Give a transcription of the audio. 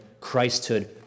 Christhood